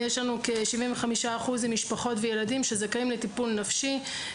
יש לנו כ-75 אחוזים משפחות וילדים שזכאים לטיפול נפשי.